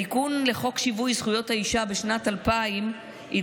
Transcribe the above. בתיקון לחוק שיווי זכויות האישה משנת 2000 התווסף